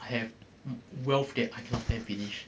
I have wealth that I spend cannot finish